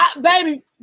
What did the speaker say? Baby